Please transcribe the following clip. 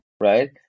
right